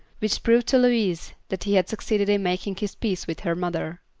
which proved to louise that he had succeeded in making his peace with her mother.